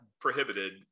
prohibited